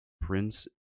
Prince